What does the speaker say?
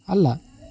ಅಲ್ಲ